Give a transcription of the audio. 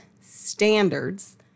standards